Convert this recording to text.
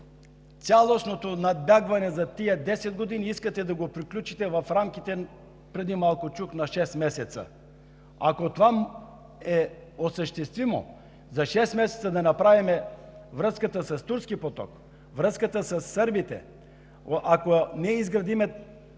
цялостното надбягване за 10 години, което искате да приключите – преди малко чух, за 6 месеца? Ако това е осъществимо – за 6 месеца да направим връзката с „Турски поток“, връзката със сърбите, ако ние изградим